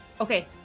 okay